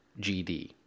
GD